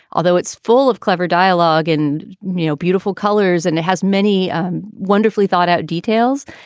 although it's full of clever dialogue and neoh beautiful colors and it has many um wonderfully thought out details.